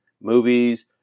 movies